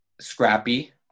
scrappy